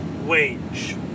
wage